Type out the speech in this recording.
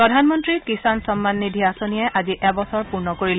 প্ৰধানমন্ত্ৰী কিষান সন্মান নিধি আঁচনিয়ে আজি এবছৰ পূৰ্ণ কৰিলে